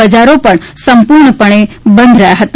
બજારો પણ સંપુર્ણ પણે બંધ રહયાં હતા